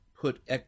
put